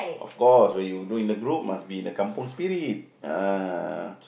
of course when you do in a group must be in a Kampung Spirit ah